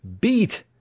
Beat